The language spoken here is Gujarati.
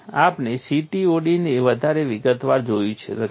આપણે CTOD ને વધારે વિગતવાર જોયું નથી